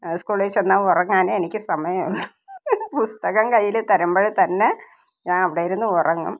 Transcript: സ്കൂളില് ചെന്നാല് ഉറങ്ങാനെ എനിക്ക് സമയമുള്ളൂ പുസ്തകം കയ്യിൽ തരുമ്പോഴുതന്നെ ഞാന് അവിടിരുന്നു ഉറങ്ങും